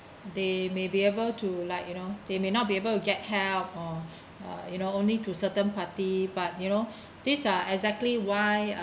they may be able to like you know they may not be able to get help or or you know only to certain party but you know these are exactly why